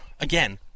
Again